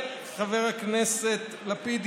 חבר הכנסת לפיד,